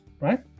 right